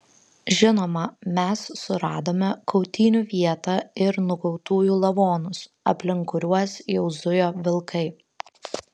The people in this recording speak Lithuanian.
žinoma mes suradome kautynių vietą ir nukautųjų lavonus aplink kuriuos jau zujo vilkai